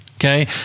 okay